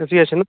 AC আছে না